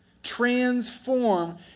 transform